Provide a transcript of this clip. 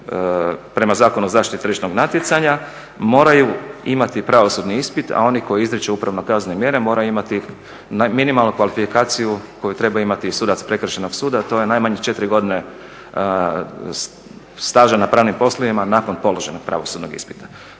prema Zakonu o zaštiti tržišnog natjecanja moraju imati pravosudni ispit, a oni koji izriču upravno-kaznene mjere moraju imati minimalno kvalifikaciju koju treba imati i sudac prekršajnog suda, a to je najmanje 4 godine staža na pravnim poslovima nakon položenog pravosudnog ispita.